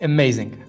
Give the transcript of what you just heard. Amazing